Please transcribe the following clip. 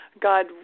God